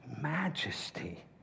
majesty